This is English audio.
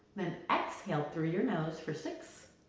then exhale through your nose for six.